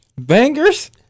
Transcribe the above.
Bangers